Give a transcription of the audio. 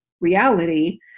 reality